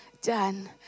done